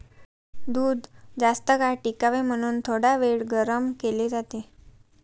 दूध जास्तकाळ टिकावे म्हणून थोडावेळ गरम केले जाते